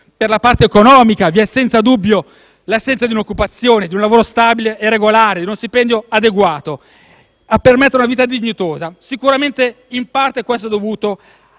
Per la parte economica vi è senza dubbio l'assenza di un'occupazione, di un lavoro stabile e regolare, di uno stipendio adeguato per permettere una vita dignitosa. Sicuramente, in parte, questo è dovuto